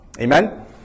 Amen